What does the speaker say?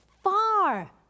Far